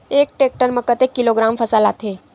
एक टेक्टर में कतेक किलोग्राम फसल आता है?